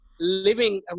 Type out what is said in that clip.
living